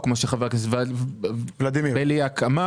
או כמו שחבר הכנסת ולדימיר אמר,